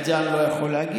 את זה אני לא יכול להגיד.